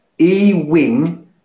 E-wing